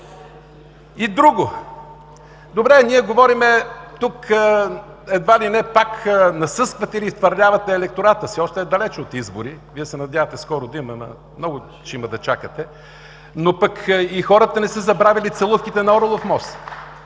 Друго – добре, ние говорим тук едва ли не пак насъсквате и втвърдявате електората си. Още е далеч от избори. Вие се надявате скоро да има, но много ще има да чакате, но пък и хората не са забравили целувките на „Орлов мост“.